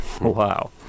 Wow